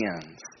hands